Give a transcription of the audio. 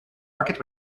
market